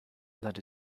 that